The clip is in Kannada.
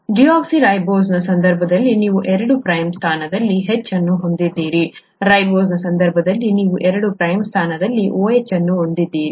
ಡಿಯೋಕ್ಸಿರೈಬೋಸ್ನ ಸಂದರ್ಭದಲ್ಲಿ ನೀವು ಎರಡು ಪ್ರೈಮ್ ಸ್ಥಾನದಲ್ಲಿ H ಅನ್ನು ಹೊಂದಿದ್ದೀರಿ ರೈಬೋಸ್ನ ಸಂದರ್ಭದಲ್ಲಿ ನೀವು ಎರಡು ಪ್ರೈಮ್ ಸ್ಥಾನದಲ್ಲಿ OH ಅನ್ನು ಹೊಂದಿದ್ದೀರಿ